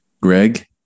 Greg